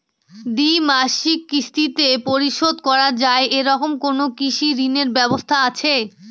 দ্বিমাসিক কিস্তিতে পরিশোধ করা য়ায় এরকম কোনো কৃষি ঋণের ব্যবস্থা আছে?